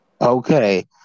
Okay